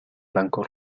blanco